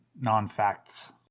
non-facts